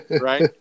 Right